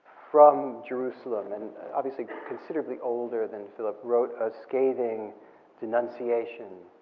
from jerusalem and obviously considerably older than philip, wrote a scathing denunciation